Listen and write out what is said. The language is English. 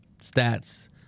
stats